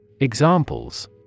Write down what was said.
Examples